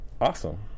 Awesome